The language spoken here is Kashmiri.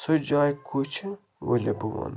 سُہ جایہِ کُس چھِ ؤلِیو بہٕ وَنَو